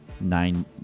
Nine